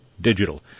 digital